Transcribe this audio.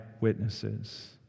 witnesses